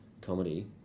comedy